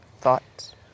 Thoughts